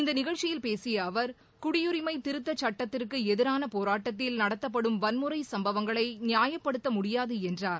இந்த நிகழ்ச்சியில் பேசிய அவர் குடியுரிமை திருத்தச்சுட்டத்திற்கு எதிரான போராட்டத்தில் நடத்தப்படும் வன்முறை சம்பவங்களை நியாயப்படுத்த முடியாது என்றார்